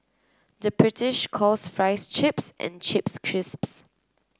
the British calls fries chips and chips